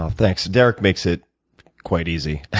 ah thanks. derek makes it quite easy.